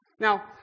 Now